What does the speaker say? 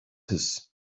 his